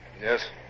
Yes